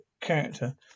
character